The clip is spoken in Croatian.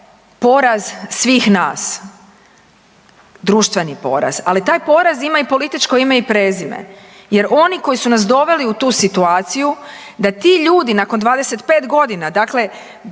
poraz svih nas, društveni poraz. Ali taj poraz ima i političko ime i prezime, jer oni koji su nas doveli u tu situaciju da ti ljudi nakon 25 godina, dakle